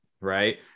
right